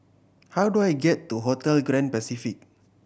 how do I get to Hotel Grand Pacific